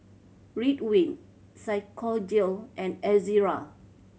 Ridwind Physiogel and Ezerra